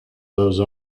those